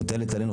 מוטלת עלינו,